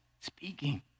speaking